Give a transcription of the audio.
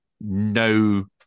no